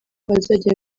azajya